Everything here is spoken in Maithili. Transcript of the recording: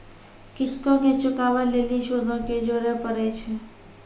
किश्तो के चुकाबै लेली सूदो के जोड़े परै छै